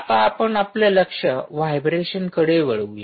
आता आपण आपलं लक्ष व्हायब्रेशन कडे वळवू या